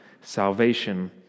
salvation